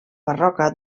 barroca